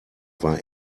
war